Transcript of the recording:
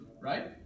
right